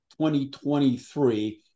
2023